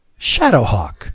Shadowhawk